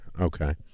Okay